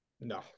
no